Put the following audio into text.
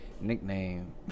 Nickname